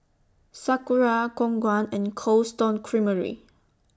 Sakura Khong Guan and Cold Stone Creamery